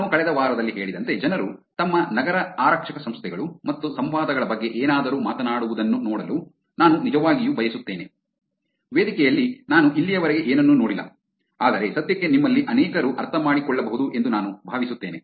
ನಾನು ಕಳೆದ ವಾರದಲ್ಲಿ ಹೇಳಿದಂತೆ ಜನರು ತಮ್ಮ ನಗರ ಆರಕ್ಷಕ ಸಂಸ್ಥೆಗಳು ಮತ್ತು ಸಂವಾದಗಳ ಬಗ್ಗೆ ಏನಾದರೂ ಮಾತನಾಡುವುದನ್ನು ನೋಡಲು ನಾನು ನಿಜವಾಗಿಯೂ ಬಯಸುತ್ತೇನೆ ವೇದಿಕೆಯಲ್ಲಿ ನಾನು ಇಲ್ಲಿಯವರೆಗೆ ಏನನ್ನೂ ನೋಡಿಲ್ಲ ಆದರೆ ಸದ್ಯಕ್ಕೆ ನಿಮ್ಮಲ್ಲಿ ಅನೇಕರು ಅರ್ಥಮಾಡಿಕೊಳ್ಳಬಹುದು ಎಂದು ನಾನು ಭಾವಿಸುತ್ತೇನೆ